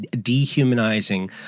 dehumanizing